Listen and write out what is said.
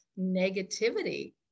negativity